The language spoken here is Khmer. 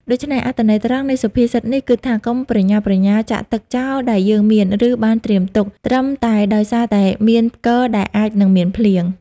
ដូច្នេះ អត្ថន័យត្រង់នៃសុភាសិតនេះគឺថា កុំប្រញាប់ប្រញាល់ចាក់ទឹកចោលដែលយើងមាន ឬបានត្រៀមទុក ត្រឹមតែដោយសារតែមានផ្គរដែលអាចនិងមានភ្លៀង ។